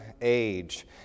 age